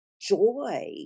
joy